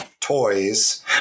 Toys